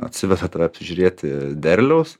atsiveda tave apsižiūrėti derliaus